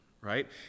right